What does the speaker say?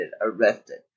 arrested